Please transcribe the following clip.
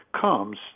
comes